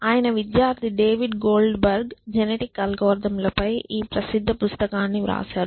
అయన విద్యార్థి David Goldberg genetic algorithm ల పై ఈ ప్రసిద్ధ పుస్తకాన్ని వ్రాశారు